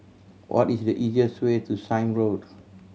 what is the easiest way to Sime Road